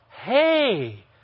hey